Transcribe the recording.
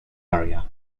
area